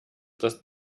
das